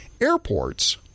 airports